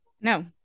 No